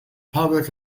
public